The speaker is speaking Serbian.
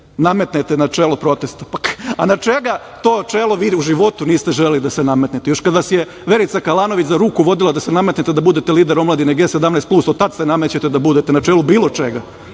nametnete na čelo protesta. A na čega to čelo vi u životu niste želeli da se nametnete? Još kad vas je Verica Kalanović za ruku vodila da se nametnete da budete lider omladine G17 Plus, od tad se namećete da budete na čelu bilo čega.